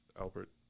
Albert